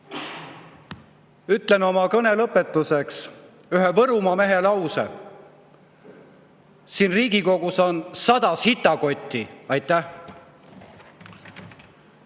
Ütlen oma kõne lõpetuseks ühe Võrumaa mehe lause: siin Riigikogus on 100 sitakotti. Aitäh!